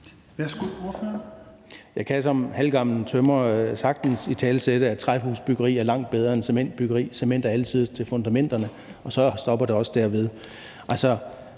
Rasmussen (EL): Jeg kan som halvgammel tømrer sagtens italesætte, at træhusbyggeri er langt bedre end cementbyggeri. Cement er alletiders til fundamenterne, og så stopper det også der.